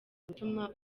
gutuma